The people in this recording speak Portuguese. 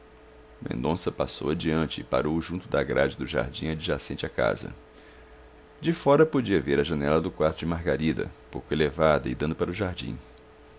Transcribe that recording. mendonça passou adiante e parou junto da grade do jardim adjacente à casa de fora podia ver a janela do quarto de margarida pouco elevada e dando para o jardim